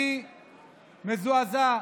אני מזועזע,